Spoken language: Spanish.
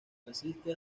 resiste